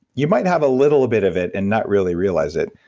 you might have a little bit of it and not really realize it.